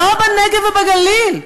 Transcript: לא בנגב ובגליל,